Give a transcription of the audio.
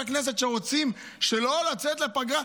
חברי כנסת שרוצים לא לצאת לפגרה,